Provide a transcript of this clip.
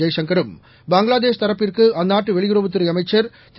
ஜெய்சங்கரும் பங்களாதேஷ் தரப்புக்கு அந்நாட்டு வெளியுறவுத்துறை அமைச்சர் திரு